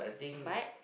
but